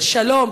של שלום,